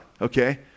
okay